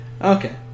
Okay